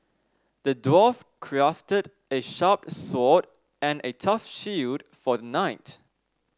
the dwarf crafted a sharp sword and a tough shield for the knight